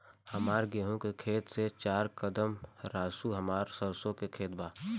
हमार गेहू के खेत से चार कदम रासु हमार सरसों के खेत बा